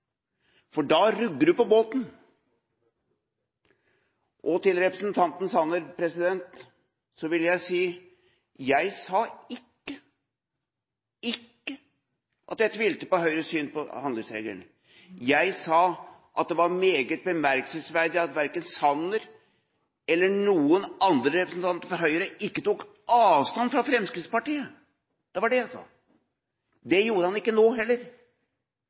for da rugger du på båten. Til representanten Sanner vil jeg si at jeg sa ikke – ikke – at jeg tvilte på Høyres syn på handlingsregelen. Jeg sa at det var meget bemerkelsesverdig at verken Sanner eller noen andre representanter fra Høyre ikke tok avstand fra Fremskrittspartiet. Det var det jeg sa. Det gjorde han ikke nå heller.